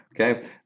okay